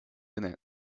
innit